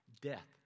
Death